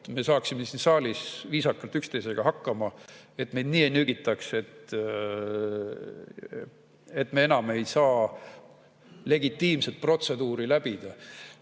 me saaksime siin saalis viisakalt üksteisega hakkama, et meid ei nöögitaks nii, et me enam ei saa legitiimset protseduuri läbida. Ja